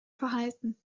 verhalten